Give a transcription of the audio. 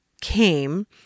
came